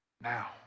now